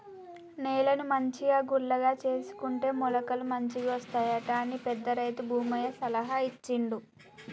నేలను మంచిగా గుల్లగా చేసుకుంటే మొలకలు మంచిగొస్తాయట అని పెద్ద రైతు భూమయ్య సలహా ఇచ్చిండు